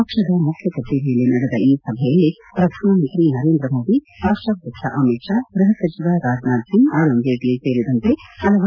ಪಕ್ಷದ ಮುಖ್ಯ ಕಚೇರಿಯಲ್ಲಿ ನಡೆದ ಈ ಸಭೆಯಲ್ಲಿ ಪ್ರಧಾನಮಂತ್ರಿ ನರೇಂದ್ರ ಮೋದಿ ರಾಷ್ಟಾಧ್ಯಕ್ಷ ಅಮಿತ್ ಶಾ ಗೃಹ ಸಚಿವ ರಾಜನಾಥ್ ಸಿಂಗ್ ಅರುಣ್ ಜೇಟ್ಲಿ ಸೇರಿದಂತೆ ಹಲವಾರು ಗಣ್ಯರು ಹಾಜರಿದ್ದರು